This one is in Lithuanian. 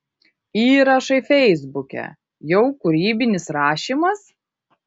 įrašai feisbuke jau kūrybinis rašymas